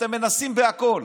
ואתם מנסים בכול,